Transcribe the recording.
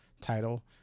title